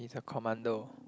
he's a commando